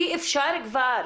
אי אפשר כבר